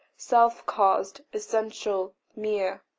self-caused, essential, mere.